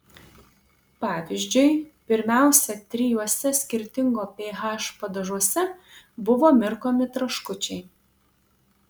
pavyzdžiui pirmiausia trijuose skirtingo ph padažuose buvo mirkomi traškučiai